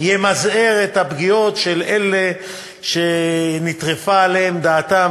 שימזער את הפגיעות של אלה שנטרפה עליהם דעתם